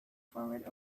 forward